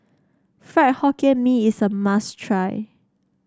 Fried Hokkien Mee is a must try